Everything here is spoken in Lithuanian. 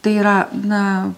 tai yra na